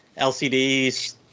LCDs